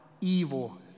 evil